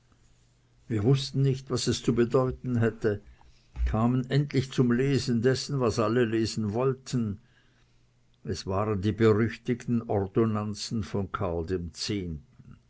wir wußten nicht was es zu bedeuten hätte kamen endlich zum lesen dessen was alle lesen wollten es waren die berüchtigten ordonnanzen von karl